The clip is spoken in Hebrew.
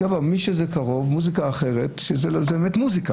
מי שזה קרוב לליבו, זה מוזיקה.